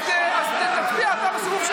שבי.